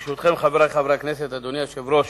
ברשותכם, חברי חברי הכנסת, אדוני היושב-ראש,